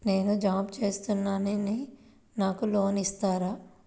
నేను జాబ్ చేస్తున్నాను నాకు లోన్ ఇస్తారా?